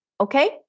Okay